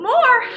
More